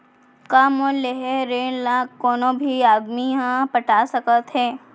का मोर लेहे ऋण ला कोनो भी आदमी ह पटा सकथव हे?